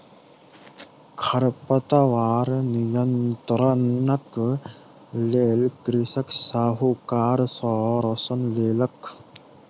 खरपतवार नियंत्रणक लेल कृषक साहूकार सॅ ऋण लेलक